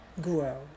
grow